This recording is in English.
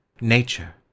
Nature